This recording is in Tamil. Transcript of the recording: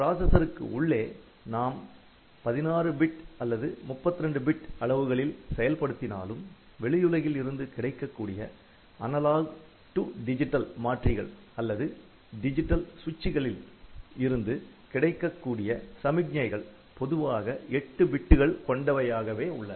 ப்ராசசருக்கு உள்ளே நாம் 16 பிட் அ 32 பிட் அளவுகளில் செயல் படுத்தினாலும் வெளியுலகில் இருந்து கிடைக்கக்கூடிய அனலாக் டிஜிட்டல் மாற்றிகள் அ டிஜிட்டல் சுவிட்சுகளில் இருந்து கிடைக்கக்கூடிய சமிக்ஞைகள் பொதுவாக எட்டு பிட்டுகள் கொண்டவையாகவே உள்ளன